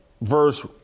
verse